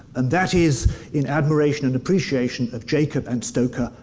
and that is in admiration and appreciation of jacob and stoker,